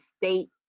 state